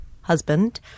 husband